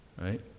Right